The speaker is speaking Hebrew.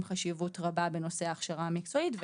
חשיבות רבה בנושא ההכשרה המקצועית,